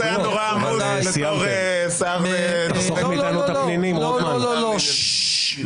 סגן השר, בבקשה.